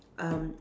um